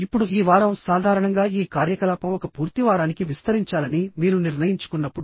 ఇప్పుడు ఈ వారం సాధారణంగా ఈ కార్యకలాపం ఒక పూర్తి వారానికి విస్తరించాలని మీరు నిర్ణయించుకున్నప్పుడు